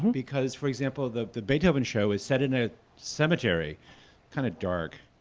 because, for example, the beethoven show is set in a cemetery kind of dark.